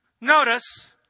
notice